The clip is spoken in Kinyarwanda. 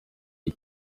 iyi